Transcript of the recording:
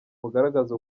bugaragaza